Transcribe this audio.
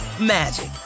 magic